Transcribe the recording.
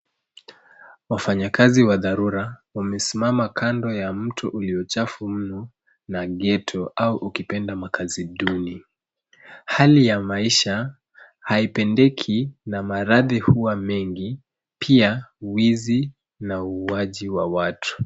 Wafanyikazi wa dharura wamesimama kando ya mto uliochafu mno la ghetto au ukipenda makaazi duni. Hali ya maisha haipendeki na maradhi huwa mengi, pia uwizi na uuaji wa watu.